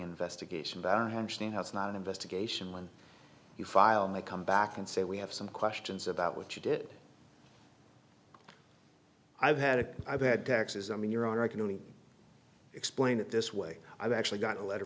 investigation but i understand how it's not an investigation when you file may come back and say we have some questions about what you did i've had it i've had taxes i mean your honor i can only explain it this way i've actually got a letter